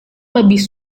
lebih